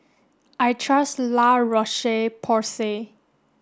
I trust La Roche Porsay